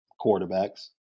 quarterbacks